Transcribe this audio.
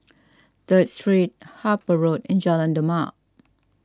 the three Harper Road and Jalan Demak